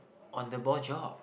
on the ball job